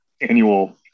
annual